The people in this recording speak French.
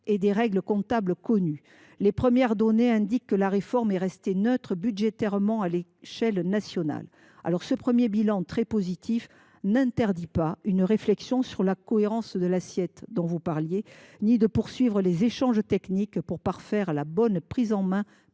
et des règles comptables connues. Les premières données indiquent que la réforme est restée neutre budgétairement à l’échelle nationale. Néanmoins, ce premier bilan très positif ne nous interdit pas de réfléchir à la cohérence de l’assiette ni de poursuivre les échanges techniques pour parfaire la prise en main